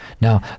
Now